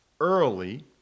early